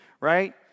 right